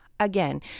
Again